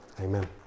Amen